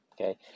Okay